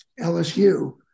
LSU